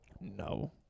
No